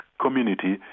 community